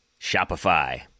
Shopify